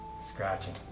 scratching